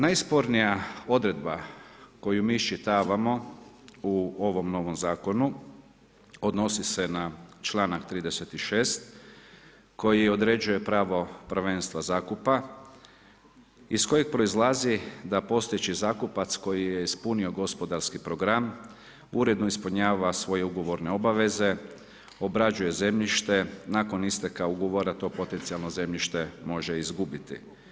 Najspornija odredba koju mi iščitavamo u ovom novom zakonu, odnosi se na čl. 36. koji određuje pravo prvenstva zakupa iz kojeg proizlazi, da postojeći zakupac, koji je ispunio gospodarski program, uredno ispunjava svoje ugovorne obveze, obrađuje zemljište, nakon isteka ugovora, to potencijalno zemljište može izgubiti.